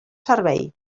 servei